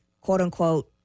quote-unquote